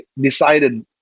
decided